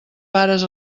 pares